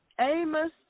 Amos